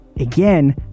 Again